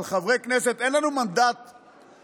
אבל, חברי הכנסת, אין לנו מנדט להצטמרר,